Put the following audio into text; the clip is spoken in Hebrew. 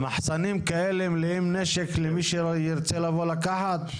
מחסנים כאלה מלאים נשק למי שירצה לבוא לקחת?